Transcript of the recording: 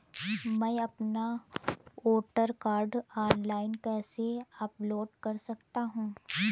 मैं अपना voter card online कैसे अपलोड कर सकता हूँ?